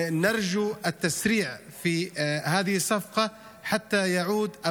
אנו מבקשים לזרז את העסקה הזאת כדי שיחזרו